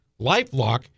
LifeLock